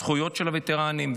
הזכויות של הווטרנים,